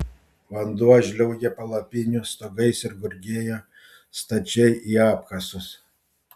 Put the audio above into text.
vanduo žliaugė palapinių stogais ir gurgėjo stačiai į apkasus